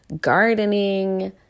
gardening